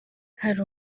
hari